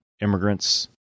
immigrants